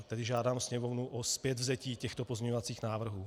Tedy žádám Sněmovnu o zpětvzetí těchto pozměňovacích návrhů.